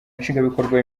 nshingwabikorwa